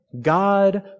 God